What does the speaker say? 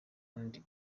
indi